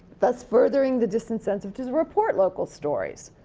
thus furthering the disincentives to report local stories.